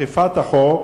אכיפת החוק,